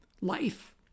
life